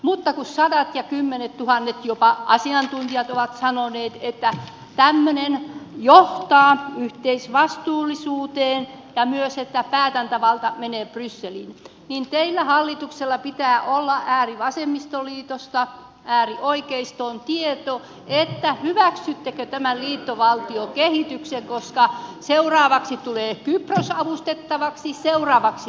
kun sadat ja kymmenettuhannet jopa asiantuntijat ovat sanoneet että tämmöinen johtaa yhteisvastuullisuuteen ja myös että päätäntävalta menee brysseliin niin teillä hallituksella pitää olla äärivasemmistoliitosta äärioikeistoon tieto hyväksyttekö tämän liittovaltiokehityksen koska seuraavaksi tulee kypros avustettavaksi seuraavaksi italia